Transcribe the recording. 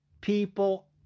people